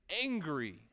angry